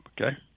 Okay